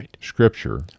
scripture